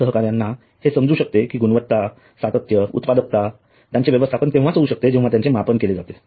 सहकाऱ्यांना हे समजू शकते कि गुणवत्ता सातत्य आणि उत्पादकता यांचे व्यवस्थापन तेंव्हाच होऊ शकते जेंव्हा त्यांचे मापन केले जाते